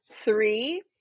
Three